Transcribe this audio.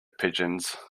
pigeons